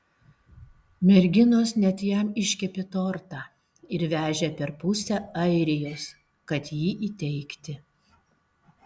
merginos net jam iškepė tortą ir vežė per pusę airijos kad jį įteikti